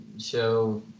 show